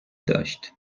داشت